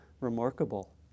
remarkable